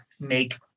make